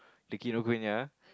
the Kinokuniya